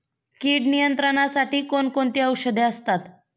कीड नियंत्रणासाठी कोण कोणती औषधे असतात?